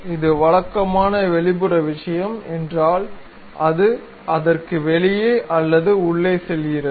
இது வழக்கமான வெளிப்புற விஷயம் என்றால் அது அதற்கு வெளியே அல்லது உள்ளே செல்கிறது